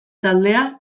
taldea